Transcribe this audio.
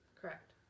Correct